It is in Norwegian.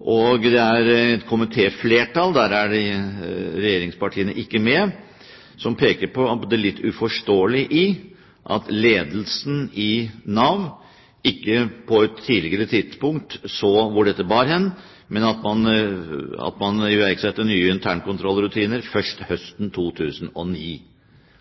og et komitéflertall, der regjeringspartiene ikke er med, peker på det litt uforståelige i at ledelsen i Nav ikke på et tidligere tidspunkt så hvor dette bar hen, men at man iverksatte nye internkontrollrutiner først høsten 2009.